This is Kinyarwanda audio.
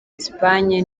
espagne